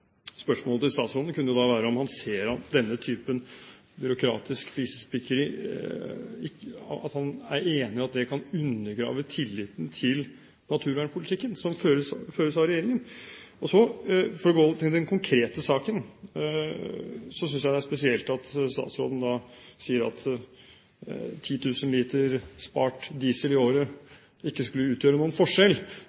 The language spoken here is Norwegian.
Spørsmålet til statsråden kunne da være om han er enig i at denne typen byråkratisk flisespikkeri kan undergrave tilliten til naturvernpolitikken som føres av regjeringen. Og for så å gå til den konkrete saken: Jeg synes det er spesielt at statsråden sier at 10 000 liter spart diesel i året